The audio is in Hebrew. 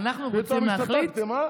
פתאום השתתקתם, אה?